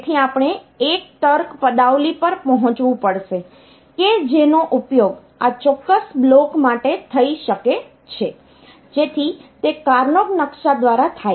તેથી આપણે એક તર્ક પદાવલિ પર પહોંચવું પડશે કે જેનો ઉપયોગ આ ચોક્કસ બ્લોક માટે થઈ શકે છે જેથી તે કાર્નોગ નકશા દ્વારા થાય